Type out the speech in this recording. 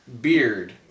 beard